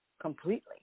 completely